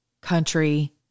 country